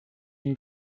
une